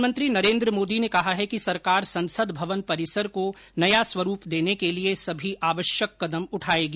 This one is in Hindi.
प्रधानमंत्री नरेंद्र मोदी ने कहा है कि सरकार संसद भवन परिसर को नया स्वरूप देने के लिए समी आवश्यक कदम उठायेगी